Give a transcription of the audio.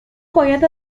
باید